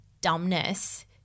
dumbness